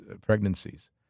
pregnancies